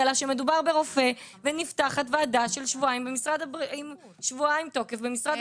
לה שמדובר ברופא ונפתחת ועדה עם שבועיים תוקף במשרד הבריאות.